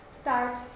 start